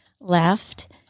left